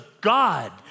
God